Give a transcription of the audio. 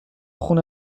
خون